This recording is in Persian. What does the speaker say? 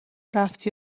رفتی